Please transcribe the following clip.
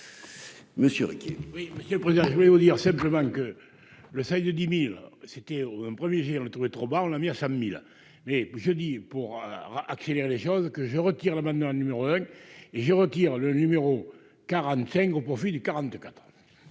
monsieur le président, je voulais vous dire simplement que le seuil de 10000 c'était un 1er le trouver trop bas, on a mis à 100 mille mais je dis pour accélérer les choses que je retire l'amendement numéro un et je retire le numéro 45 au profit du